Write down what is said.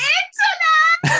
internet